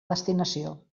destinació